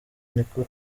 niko